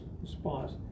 response